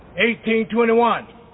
1821